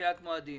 אני